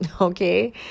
okay